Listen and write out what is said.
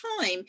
time